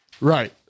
right